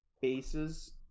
bases